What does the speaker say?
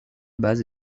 base